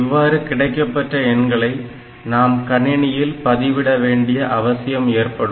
இவ்வாறு கிடைக்கப்பெற்ற எண்களை நாம் கணினியில் பதிவிட வேண்டிய அவசியம் ஏற்படும்